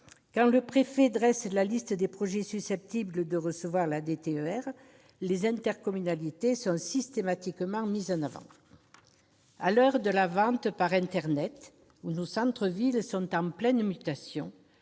le préfet dresse la liste des projets susceptibles de recevoir la DETR, les intercommunalités sont systématiquement mises en avant. À l'heure de la vente par internet, où nos centres-villes sont en pleine mutation,